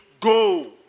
go